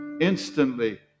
Instantly